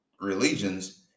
religions